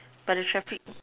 but the traffic